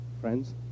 friends